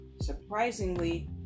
surprisingly